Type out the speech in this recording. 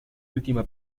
última